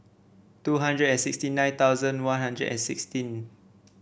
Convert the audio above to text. two hundred and sixty nine thousand One Hundred and sixteen